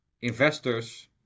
investors